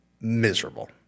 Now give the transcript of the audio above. miserable